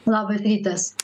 labas rytas